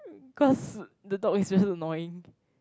cause the dog is just annoying